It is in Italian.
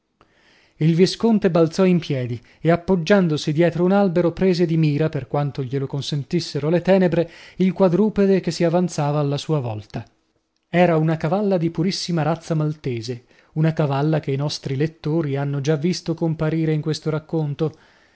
il visconte balzò in piedi e appoggiandosi dietro un albero prese di mira per quanto gliel consentissero le tenebre il quadrupede che si avvanzava alla sua volta era una cavalla di purissima razza maltese una cavalla che i nostri lettori hanno già visto comparire in questo racconto